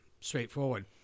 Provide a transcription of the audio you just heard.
straightforward